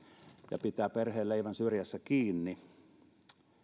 ja pitää perheen leivän syrjässä kiinni